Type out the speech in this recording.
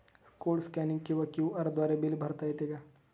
Code scanning किंवा QR द्वारे bill भरता येते का?